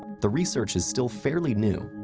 the research is still fairly new,